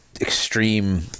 extreme